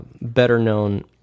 better-known